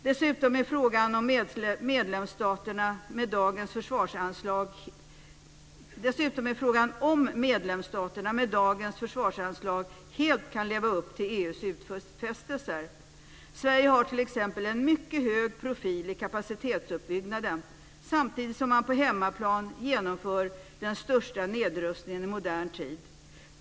Dessutom är frågan om medlemsstaterna med dagens försvarsanslag helt kan leva upp till EU:s utfästelser. Sverige har t.ex. en mycket hög profil i kapacitetsuppbyggnaden, samtidigt som man på hemmaplan genomför den största nedrustningen i modern tid.